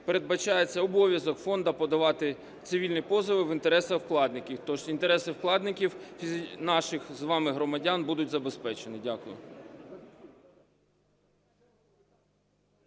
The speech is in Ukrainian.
передбачається обов'язок фонду подавати цивільні позови в інтересах вкладників. Тож інтереси вкладників, наших з вами громадян, будуть забезпечені. Дякую.